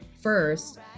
first